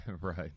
Right